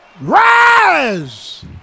Rise